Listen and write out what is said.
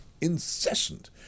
incessant